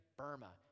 burma